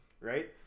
right